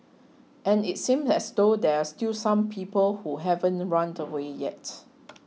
and it seems as though there are still some people who haven't run to away yet